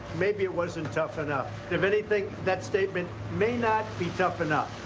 maybe it wasn't tough enough. if anything, that statement may not be tough enough.